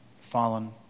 fallen